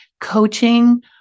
Coaching